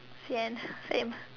Sian same